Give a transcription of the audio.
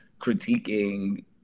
critiquing